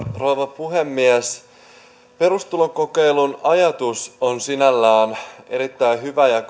rouva puhemies perustulokokeilun ajatus on sinällään erittäin hyvä ja